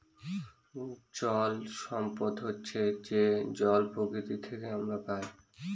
জল সম্পদ হচ্ছে যে জল প্রকৃতি থেকে আমরা পায়